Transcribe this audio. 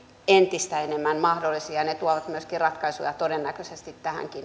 entistä enemmän mahdollisia ja ne tuovat myöskin ratkaisuja todennäköisesti